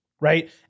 right